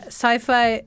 sci-fi